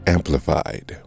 Amplified